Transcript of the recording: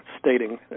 stating